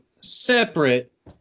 separate